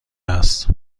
است